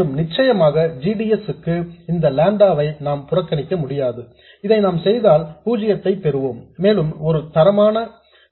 மேலும் நிச்சயமாக g d s க்கு இந்த லாம்டா ஐ நாம் புறக்கணிக்க முடியாது இதை நாம் செய்தால் பூஜியத்தை பெறுவோம் மேலும் ஒரு தரமான